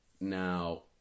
Now